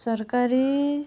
सरकारी